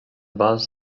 was